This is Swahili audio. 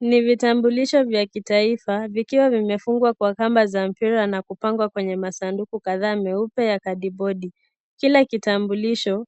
Ni vitambulisho vya kitaifa vikiwa vimefungwa kwa kamba za mpira na kupangwa kwenye masanduku kadhaa meupe ya kadibodi. Kila kitambulisho